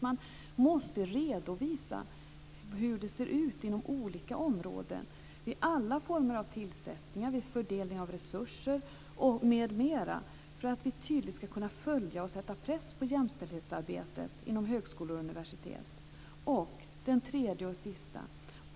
Man måste redovisa hur det ser ut inom olika områden när det gäller alla former av tillsättningar, vid fördelning av resurser m.m., så att vi tydligt kan följa och sätta press på jämställdhetsarbetet inom högskolor och universitet.